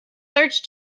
search